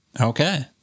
Okay